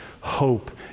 hope